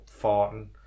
farting